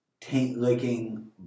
taint-licking